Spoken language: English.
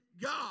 God